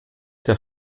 der